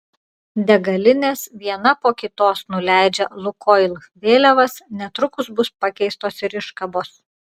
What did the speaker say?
degalinės viena po kitos nuleidžia lukoil vėliavas netrukus bus pakeistos ir iškabos